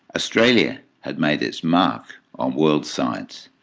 australia had made its mark on world science.